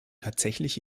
tatsächlich